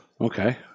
Okay